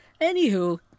Anywho